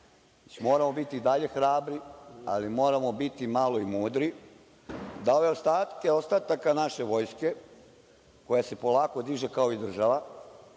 moramo biti i dalje hrabri, ali moramo biti i malo mudri da ove ostatke ostataka naše vojske koja se polako diže kao i država,